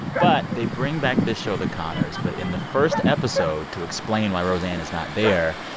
but they bring back this show the conners. but in the first episode, to explain why roseanne is not there,